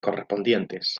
correspondientes